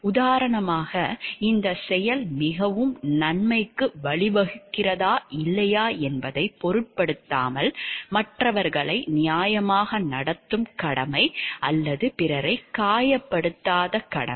உதாரணமாக இந்தச் செயல் மிகவும் நன்மைக்கு வழிவகுக்கிறதா இல்லையா என்பதைப் பொருட்படுத்தாமல் மற்றவர்களை நியாயமாக நடத்தும் கடமை அல்லது பிறரைக் காயப்படுத்தாத கடமை